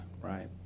Right